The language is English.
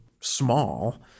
small